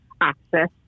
access